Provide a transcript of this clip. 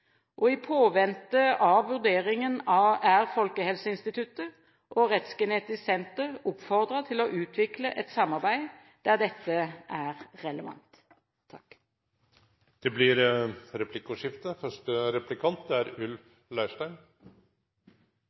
I påvente av vurderingen er Folkehelseinstituttet og Rettsgenetisk Senter oppfordret til å utvikle et samarbeid der dette er relevant. Det blir replikkordskifte.